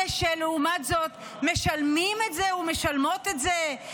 אלה שלעומת זאת משלמים את זה ומשלמות את זה,